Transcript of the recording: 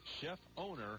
chef-owner